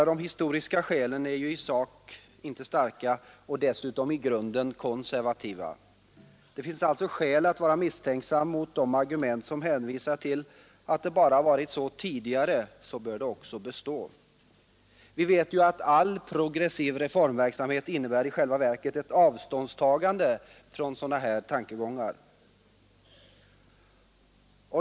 De historiska skälen är i sak inte starka och dessutom i grunden konservativa. Det finns alltså skäl att vara misstänksam mot de argument som hänvisar till att eftersom det har varit så tidigare så bör det bestå. Vi vet ju att progressiv reformverksamhet i Själva verket innebär ett avståndstagande från sådana tankegångar.